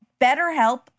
BetterHelp